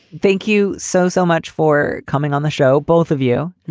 thank you so, so much for coming on the show. both of you. and